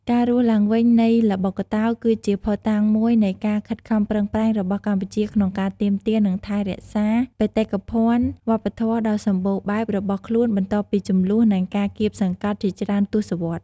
ការរស់ឡើងវិញនៃល្បុក្កតោគឺជាភស្តុតាងមួយនៃការខិតខំប្រឹងប្រែងរបស់កម្ពុជាក្នុងការទាមទារនិងថែរក្សាបេតិកភណ្ឌវប្បធម៌ដ៏សម្បូរបែបរបស់ខ្លួនបន្ទាប់ពីជម្លោះនិងការគាបសង្កត់ជាច្រើនទសវត្សរ៍។